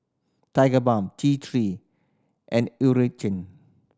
Tigerbalm T Three and Eucerin